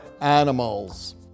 animals